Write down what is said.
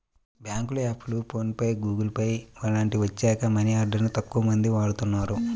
బ్యేంకుల యాప్లు, PhonePe, Google Pay లాంటివి వచ్చాక మనీ ఆర్డర్ ని తక్కువమంది వాడుతున్నారు